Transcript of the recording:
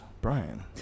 Brian